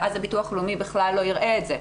ואז הביטוח הלאומי בכלל לא יראה את זה.